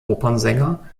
opernsänger